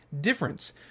difference